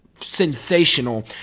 sensational